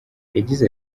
yagize